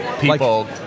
people